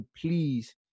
please